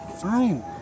fine